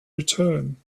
return